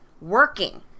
working